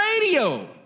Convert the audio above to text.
radio